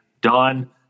Done